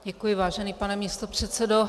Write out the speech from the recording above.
Děkuji, vážený pane místopředsedo.